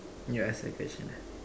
need to ask that question ah